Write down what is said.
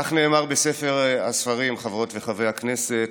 כך נאמר בספר הספרים, חברות וחברי הכנסת: